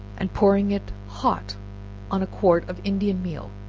and pouring it hot on a quart of indian meal,